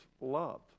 love